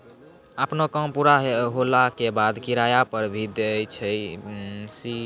आपनो काम पूरा होला के बाद, किराया पर भी दै छै रीपर बाइंडर मशीन